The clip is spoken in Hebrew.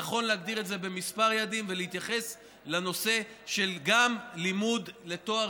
נכון להגדיר את זה בכמה יעדים ולהתייחס גם לנושא של לימוד לתואר